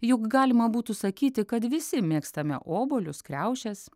juk galima būtų sakyti kad visi mėgstame obuolius kriaušes